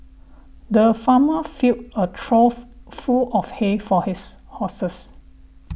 the farmer filled a trough full of hay for his horses